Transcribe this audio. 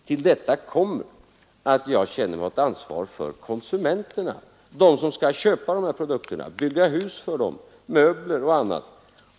Till detta kommer att jag känner ansvar för konsumenterna — de som skall köpa de här produkterna, de som skall bygga hus av dem, de som skall köpa möbler och annat.